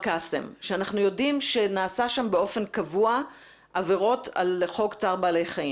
שאנחנו יודעים שנעשה שם באופן קבוע עבירות על חוק צער בעלי חיים.